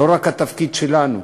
לא רק התפקיד שלנו,